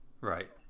Right